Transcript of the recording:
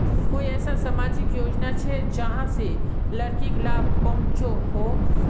कोई ऐसा सामाजिक योजना छे जाहां से लड़किक लाभ पहुँचो हो?